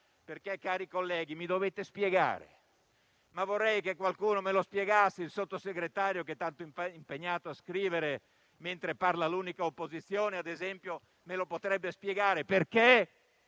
Cari colleghi, dovete spiegarlo: vorrei che qualcuno me lo spiegasse. Il signor Sottosegretario, che è tanto impegnato a scrivere mentre parla l'unica opposizione, ad esempio potrebbe spiegare perché